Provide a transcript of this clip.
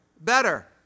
better